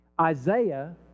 Isaiah